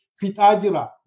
fitajira